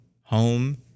home